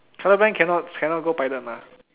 color blind cannot cannot go pilot lah